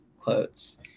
quotes